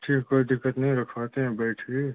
ठीक है कोई दिक्कत नहीं रखवाते हैं बैठिए